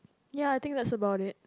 ya I think that's about it